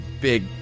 big